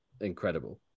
incredible